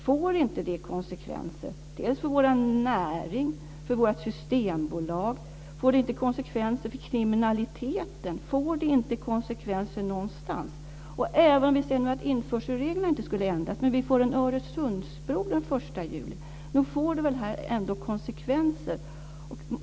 Får inte det konsekvenser för vår näring och för Systembolaget? Får det inte konsekvenser för kriminaliteten? Får det inte konsekvenser någonstans? Även om inte införselreglerna skulle ändras kommer vi att få en Öresundsbro den 1 juli. Nog får väl detta ändå konsekvenser?